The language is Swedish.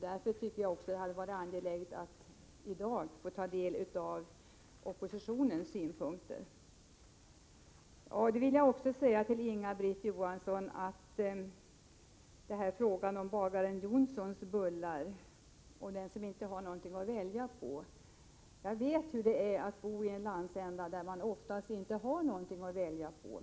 Därför tycker jag att det borde ha varit angeläget för honom att i dag få ta del av oppositionens synpunkter. Jag vill också säga till Inga-Britt Johansson om bagaren Jonssons bullar och det att man inte har något att välja mellan att jag vet hur det är att bo i en landsända där det ofta inte finns något att välja på.